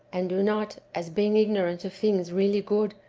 and do not, as being ignorant of things really good,